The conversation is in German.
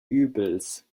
übels